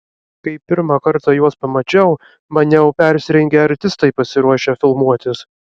kai pirmą kartą juos pamačiau maniau persirengę artistai pasiruošę filmuotis